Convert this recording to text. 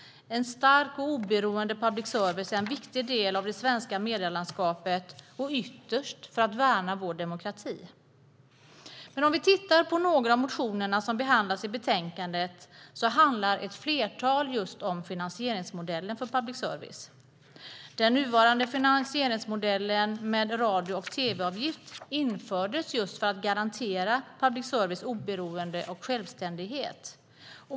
En stark och oberoende public service är en viktig del av det svenska medielandskapet och ytterst för att värna vår demokrati. Om vi ser på några av motionerna som behandlas i betänkandet märker vi att flera handlar om finansieringsmodellen för public service. Den nuvarande finansieringsmodellen med radio och tv-avgift infördes för att garantera public services oberoende och självständighet.